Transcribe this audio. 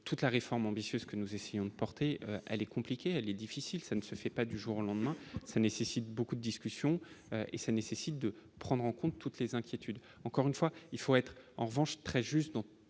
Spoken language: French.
toute la réforme ambitieuse que nous essayons de porter, elle est compliquée, elle est difficile, ça ne se fait pas du jour au lendemain, ça nécessite beaucoup d'discussion et ça nécessite de prendre en compte toutes les inquiétudes, encore une fois, il faut être en revanche très juste, donc